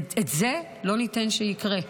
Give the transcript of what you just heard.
את זה לא ניתן שיקרה.